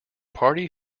party